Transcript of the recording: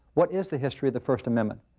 what is the history of the first amendment?